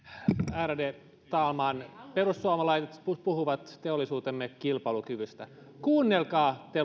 ärade talman perussuomalaiset puhuvat teollisuutemme kilpailukyvystä kuunnelkaa